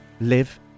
live